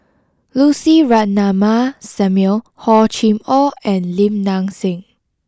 Lucy Ratnammah Samuel Hor Chim Or and Lim Nang Seng